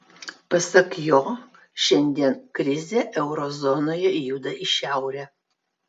pasak jo šiandien krizė euro zonoje juda į šiaurę